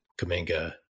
Kaminga